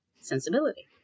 sensibility